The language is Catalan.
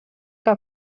que